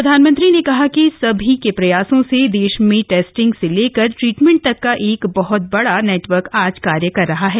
प्रधानमंत्री ने कहा कि सीभी के प्रयासों से देश में टेस्टिंग से लेकर ट्रीटमेंट तक का एक बहत बड़ा नेटवर्क आज कार्य कर रहा है